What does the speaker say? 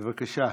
בבקשה.